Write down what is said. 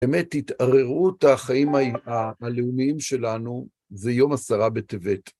באמת, התערערות החיים הלאומיים שלנו, זה יום עשרה בטבת.